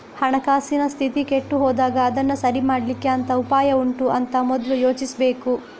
ಹಣಕಾಸಿನ ಸ್ಥಿತಿ ಕೆಟ್ಟು ಹೋದಾಗ ಅದನ್ನ ಸರಿ ಮಾಡ್ಲಿಕ್ಕೆ ಎಂತ ಉಪಾಯ ಉಂಟು ಅಂತ ಮೊದ್ಲು ಯೋಚಿಸ್ಬೇಕು